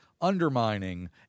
undermining